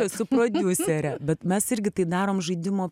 esu prodiuserė bet mes irgi tai darom žaidimo